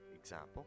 example